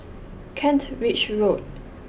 Kent Ridge Road